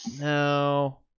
No